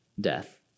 death